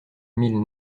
mille